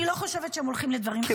אני לא חושבת שהם הולכים לדברים חיוניים.